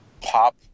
pop